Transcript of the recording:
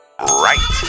Right